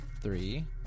Three